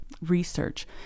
research